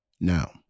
now